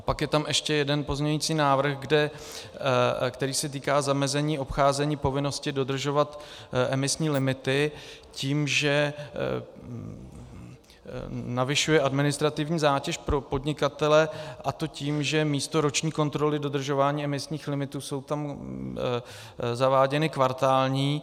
Pak je tam ještě jeden pozměňovací návrh, který se týká zamezení obcházení povinnosti dodržovat emisní limity tím, že navyšuje administrativní zátěž pro podnikatele, a to tím, že místo roční kontroly dodržování emisních limitů jsou tam zaváděny kvartální.